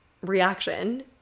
reaction